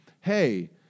hey